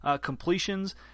completions